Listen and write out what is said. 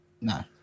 No